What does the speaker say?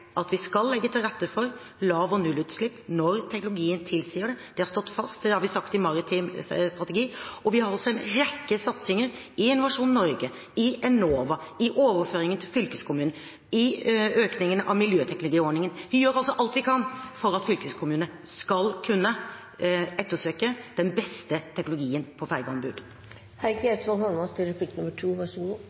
at vi skal legge til rette for lav- og nullutslipp når teknologien tilsier det. Det har stått fast. Det har vi sagt i Maritim strategi. Vi har også en rekke satsinger i Innovasjon Norge, i Enova, i overføringer til fylkeskommunen og i økningen i miljøteknologiordningen. Vi gjør alt vi kan for at fylkeskommunene skal kunne ettersøke den beste teknologien på